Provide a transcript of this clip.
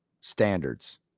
standards